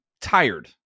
tired